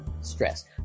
stress